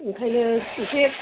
ओंखायनो एसे